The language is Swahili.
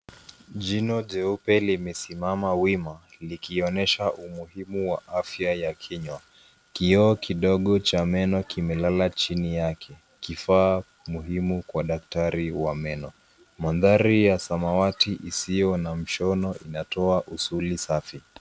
Jino jeupe limesimama wima, likionyesha umuhimu wa afya ya kinywa. Kioo kidogo cha meno kimelala chini yake, kifaa muhimu kwa daktari wa meno. Mandhari ya samawati isiyo na mshono inatoa usuli safi.